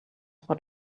what